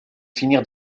finir